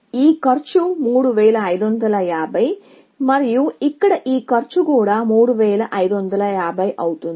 కాబట్టి ఈ కాస్ట్ 3550 మరియు ఇక్కడ ఈ కాస్ట్ కూడా 3550 అవుతుంది